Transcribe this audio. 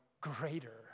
greater